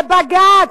לבג"ץ.